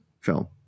film